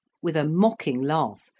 with a mocking laugh,